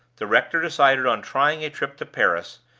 the rector decided on trying a trip to paris,